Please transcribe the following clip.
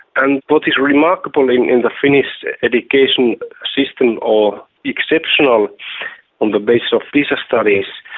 and what is remarkable in in the finnish education system, or exceptional on the basis of pisa studies,